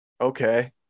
Okay